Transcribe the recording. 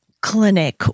clinic